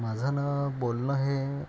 माझं ना बोलणं हे